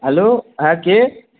hello হ্যাঁ কে